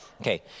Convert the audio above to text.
Okay